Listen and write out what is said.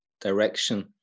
direction